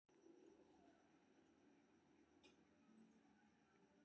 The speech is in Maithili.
राष्ट्रीय बीमा मे नौकरीपेशा लोग योगदान करै छै